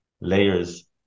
layers